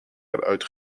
eruit